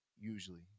Usually